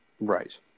Right